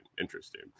interesting